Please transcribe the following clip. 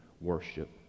worship